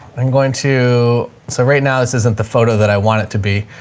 i'm going to, so right now this isn't the photo that i want it to be.